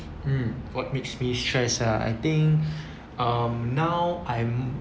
um what makes me stressed ah I think um now I'm